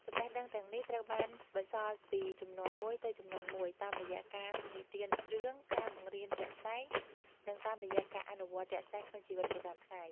ចំណេះដឹងទាំងនេះត្រូវបានបន្សល់ពីជំនាន់មួយទៅជំនាន់មួយ តាមរយៈការនិទានរឿង ការបង្រៀនជាក់ស្តែង និងតាមរយៈការអនុវត្តជាក់ស្ដែងក្នុងជីវិតប្រចាំថ្ងៃ។